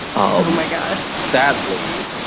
oh my gosh. sadly,